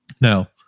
Now